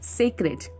sacred